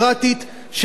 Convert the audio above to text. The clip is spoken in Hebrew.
שצריך,